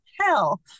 hell